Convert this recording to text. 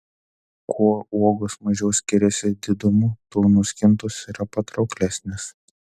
kuo uogos mažiau skiriasi didumu tuo nuskintos yra patrauklesnės